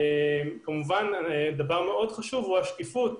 דבר נוסף שהוא חשוב מאוד הוא השקיפות